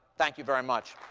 thank you very much.